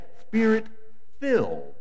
Spirit-filled